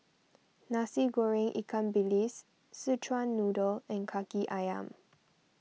Nasi Goreng Ikan Bilis Szechuan Noodle and Kaki Ayam